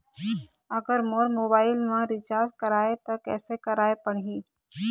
अगर मोर मोबाइल मे रिचार्ज कराए त कैसे कराए पड़ही?